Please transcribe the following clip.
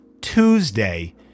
Tuesday